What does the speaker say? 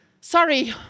Sorry